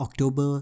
October